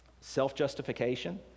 self-justification